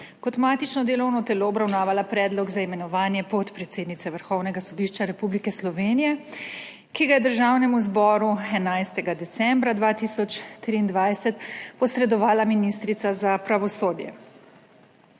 kot matično delovno telo obravnavala predlog za imenovanje podpredsednice Vrhovnega sodišča Republike Slovenije, ki ga je Državnemu zboru 11. decembra 2023 posredovala ministrica za pravosodje.